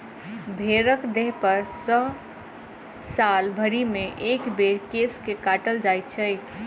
भेंड़क देहपर सॅ साल भरिमे एक बेर केश के काटल जाइत छै